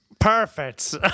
Perfect